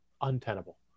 untenable